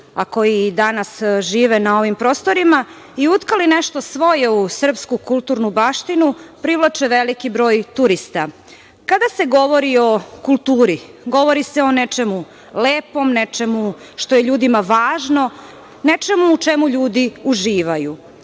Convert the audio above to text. a koji i danas žive na ovim prostorima i utkali nešto svoje u srpsku kulturnu baštinu privlače veliki broj turista. Kada se govori o kulturi, govori se o nečemu lepom, nečemu što je ljudima važno, nečemu u čemu ljudi uživaju.